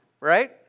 right